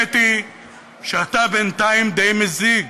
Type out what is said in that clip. האמת היא שאתה בינתיים די מזיק,